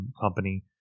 company